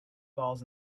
balls